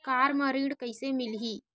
Car म ऋण कइसे मिलही?